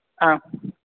हा